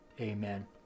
Amen